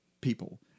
people